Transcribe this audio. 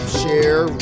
share